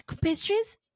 pastries